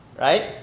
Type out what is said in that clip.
Right